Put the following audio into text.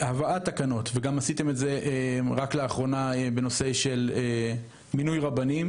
שהבאת התקנות ועשיתם את זה רק לאחרונה גם בנושא של מינוי רבנים